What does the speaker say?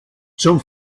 zum